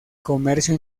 comercio